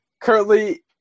Currently